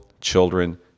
children